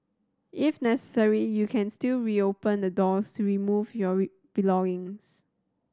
if necessary you can still reopen the doors to remove your belongings